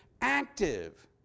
active